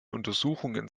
untersuchungen